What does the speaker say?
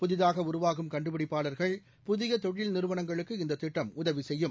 புதிதாக உருவாகும் கண்டுபிடிப்பாளர்கள் புதிய தொழில் நிறுவனங்களுக்கு இந்த திட்டம் உதவி செய்யும்